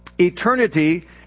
Eternity